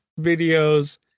videos